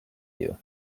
you